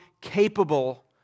capable